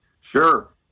Sure